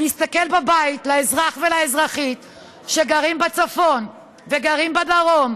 שנסתכל בבית על האזרח והאזרחית שגרים בצפון וגרים בדרום,